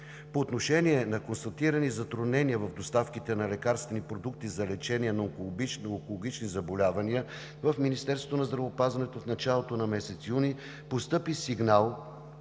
По отношение на констатирани затруднения в доставките на лекарствени продукти за лечение на онкологични заболявания в Министерството на здравеопазването в началото на месец юни постъпи сигнал